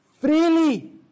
Freely